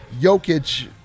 Jokic